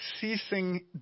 ceasing